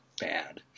bad